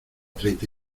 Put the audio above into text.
treinta